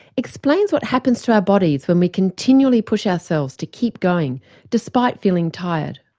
explains what happens to our bodies when we continually push ourselves to keep going despite feeling tired.